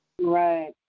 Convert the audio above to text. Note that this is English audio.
Right